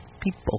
People